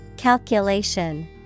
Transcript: Calculation